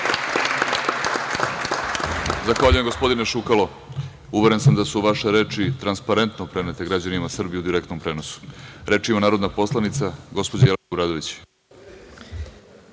Zahvaljujem gospodine Šukalo. Uveren sam da su vaše reči transparentno prenete građanima Srbije u direktnom prenosu. Reč ima narodna poslanica gospođa Jelena Obradović.